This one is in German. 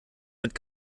mit